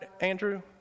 Andrew